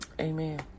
amen